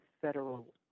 federal